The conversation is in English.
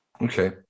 Okay